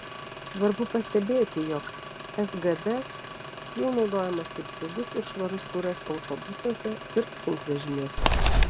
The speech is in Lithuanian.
svarbu pastebėti jog sgd jau naudojamas kaip saugus ir švarus kuras autobusuose ir sunkvežimiuose